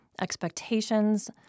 expectations